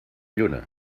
lluna